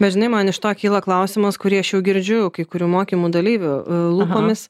bet žinai man iš to kyla klausimas kurį aš jau girdžiu kai kurių mokymų dalyvių lūpomis